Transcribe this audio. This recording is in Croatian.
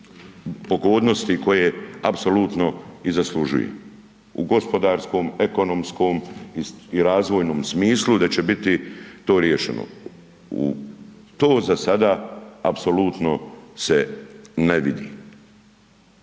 pogodnosti koje apsolutno i zaslužuje, u gospodarskom, ekonomskom i razvojnom smislu, da će biti to riješeno. U to za sada apsolutno se ne vidi.